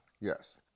Yes